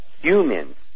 humans